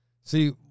See